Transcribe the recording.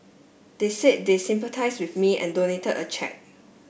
they said they sympathise with me and donated a cheque